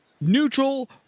neutral